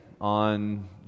on